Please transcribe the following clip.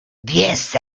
diez